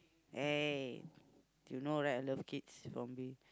hey you know right I love kids right from me